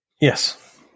Yes